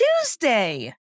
Tuesday